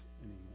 anymore